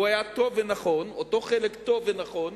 והוא היה טוב ונכון, אותו חלק טוב ונכון,